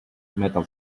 metal